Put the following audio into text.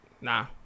nah